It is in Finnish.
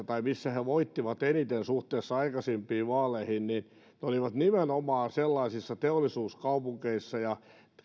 tai missä he voittivat eniten suhteessa aikaisempiin vaaleihin niin ne olivat nimenomaan sellaisissa teollisuuskaupungeissa ja